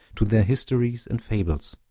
to their histories and fables.